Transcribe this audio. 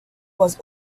was